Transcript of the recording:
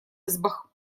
избах